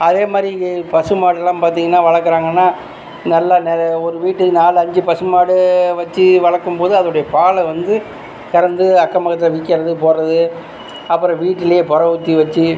அதேமாதிரி பசுமாடுலாம் பார்த்திங்கன்னா வளர்க்குறாங்கன்னா நல்லா நெறைய ஒரு வீட்டுக்கு நாலஞ்சு பசுமாடு வச்சு வளர்க்கும்போது அதோடைய பாலை வந்து கறந்து அக்கம்பக்கத்தில் விற்கறது போகிறது அப்புறம் வீட்டிலேயே ஒரை ஊற்றி வச்சு